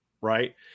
right